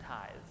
tithes